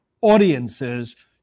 audiences